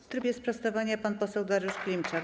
W trybie sprostowania pan poseł Dariusz Klimczak.